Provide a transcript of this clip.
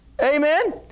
Amen